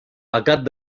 pecat